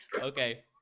Okay